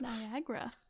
Niagara